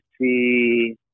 see